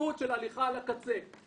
של הליכה על הקצה,